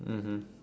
mmhmm